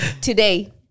Today